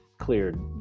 cleared